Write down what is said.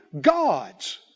gods